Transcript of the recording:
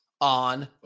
On